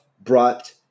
brought